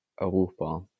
Europa